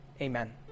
Amen